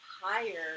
higher